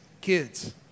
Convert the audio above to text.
Kids